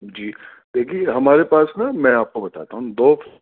جی دیکھیے ہمارے پاس نا میں آپ کو بتاتا ہوں دو